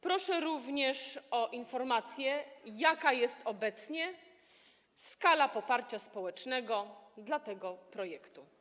Proszę również o informację, jaka jest obecnie skala poparcia społecznego dla tego projektu.